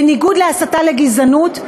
בניגוד להסתה לגזענות.